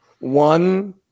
one